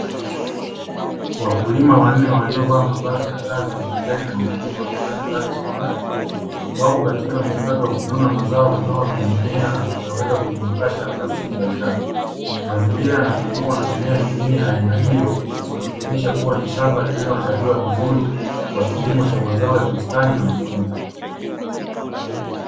Wakulima wanne walio vaa mavazi ya kazi ya kijani na nyekundu wakifanya kazi shambani, wako katika mchato wa kuvuna mazao kutoka kwenye mimea na kuya weka kwenye makasha ya plastiki ya njano. Mazingira yana zungukwa na mimea mingine ya aina hiyo ikionyesha kuwa ni shamba liloandaliwa vizuri kwa kilimo cha mazoa ya bustani na matunda.